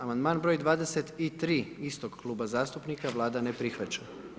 Amandman broj 23., istog kluba zastupnika, Vlada ne prihvaća.